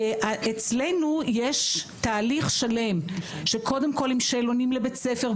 ואצלנו יש תהליך שלם של קודם כל עם שאלונים לבית הספר,